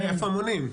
איפה המונים,